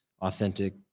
authentic